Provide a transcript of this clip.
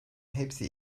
hepsi